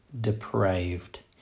depraved